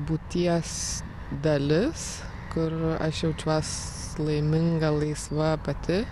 būties dalis kur aš jaučiuos laiminga laisva pati